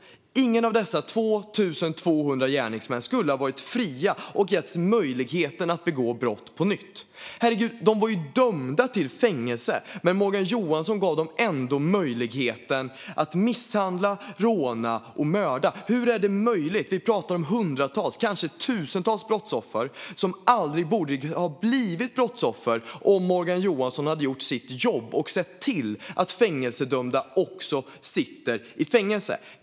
Ingen av dessa 2 200 gärningsmän borde ha varit fria och getts möjligheten att begå brott på nytt. Herregud, de var ju dömda till fängelse! Men Morgan Johansson gav dem ändå möjligheten att misshandla, råna och mörda. Hur är detta möjligt? Vi pratar om hundratals, kanske tusentals, brottsoffer som aldrig skulle ha blivit brottsoffer om Morgan Johansson hade gjort sitt jobb och sett till att fängelsedömda också sitter i fängelse.